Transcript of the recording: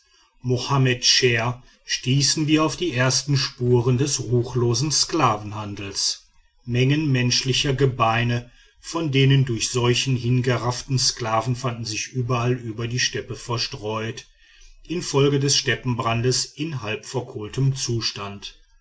mohammed cher stießen wir auf die ersten spuren des ruchlosen sklavenhandels mengen menschlicher gebeine von den durch seuchen hinweggerafften sklaven fanden sich überall über die steppe verstreut infolge des steppenbrandes in halbverkohltem zustand